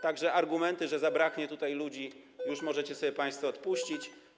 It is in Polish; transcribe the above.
Tak że argumenty, że zabraknie tutaj ludzi, już możecie sobie państwo odpuścić.